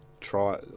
try